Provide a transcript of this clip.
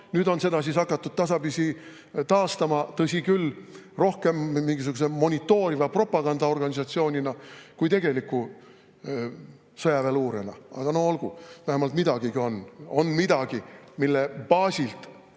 Nüüd on seda hakatud tasapisi taastama, tõsi küll, rohkem mingisuguse monitooriva propagandaorganisatsioonina kui tegeliku sõjaväeluurena. Aga no olgu, vähemalt midagigi on. On midagi, mille baasil